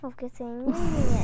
focusing